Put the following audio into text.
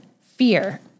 fear